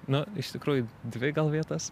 nu iš tikrųjų dvi gal vietas